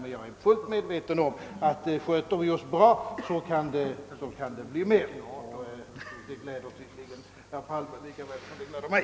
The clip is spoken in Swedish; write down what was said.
Jag är emellertid fullt medveten om att det kan bli mer om vi sköter oss bra. Det gläder tydligen herr Palme lika väl som det gläder mig.